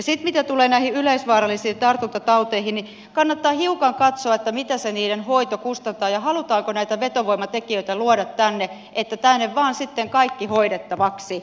sitten mitä tulee näihin yleisvaarallisiin tartuntatauteihin niin kannattaa hiukan katsoa mitä niiden hoito kustantaa ja halutaanko näitä vetovoimatekijöitä luoda tänne että tänne vaan sitten kaikki hoidettavaksi